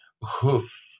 hoof